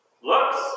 Looks